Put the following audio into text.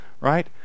right